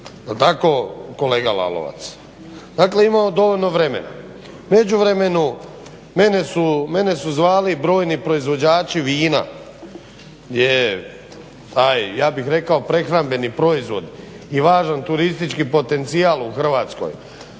tako kolega Lalovac? Dakle, imamo dovoljno vremena. U međuvremenu mene su zvali brojni proizvođači vina gdje taj ja bih rekao prehrambeni proizvod i važan turistički potencijal u Hrvatskoj,